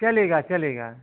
चलेगा चलेगा